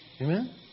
Amen